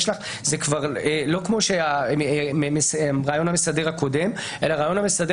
זה לא כמו הרעיון המסדר הקודם אלא הרעיון המסדר